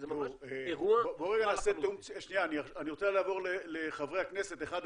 זה ממש אירוע --- אני רוצה לעבור לחברי הכנסת אחד אחד,